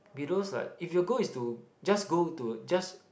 be those like if your goal is to just go to just